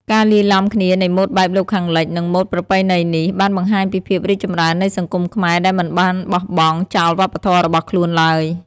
ការលាយឡំគ្នានៃម៉ូដបែបលោកខាងលិច និងម៉ូដប្រពៃណីនេះ បានបង្ហាញពីភាពរីកចម្រើននៃសង្គមខ្មែរដែលមិនបានបោះបង់ចោលវប្បធម៌របស់ខ្លួនឡើយ។